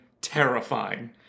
terrifying